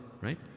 Right